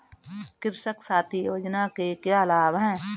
कृषक साथी योजना के क्या लाभ हैं?